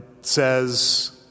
says